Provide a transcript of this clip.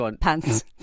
pants